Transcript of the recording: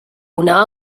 una